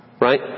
right